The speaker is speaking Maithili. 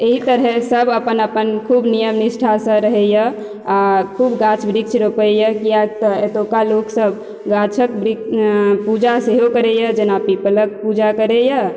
एही तरहे सब अपन अपन खूब नियम निष्ठा सँ रहैया आ खूब गाछ वृक्ष रोपैया कियाक तऽ एतुका लोक सब गाछक पूजा सेहो करैया जेना पीपलक पूजा करैयऽ